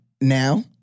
now